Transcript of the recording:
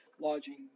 lodging